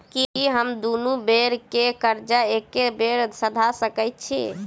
की हम दुनू बेर केँ कर्जा एके बेर सधा सकैत छी?